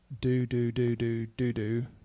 do-do-do-do-do-do